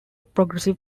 progressive